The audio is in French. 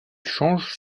change